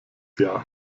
jahr